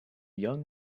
young